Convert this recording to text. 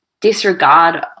disregard